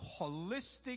holistic